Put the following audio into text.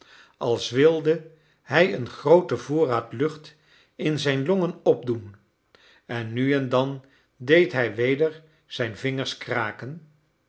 als wilde hij een grooten voorraad lucht in zijn longen opdoen en nu en dan deed hij weder zijn vingers kraken